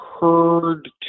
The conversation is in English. heard